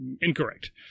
incorrect